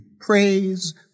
praise